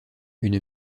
une